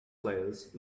players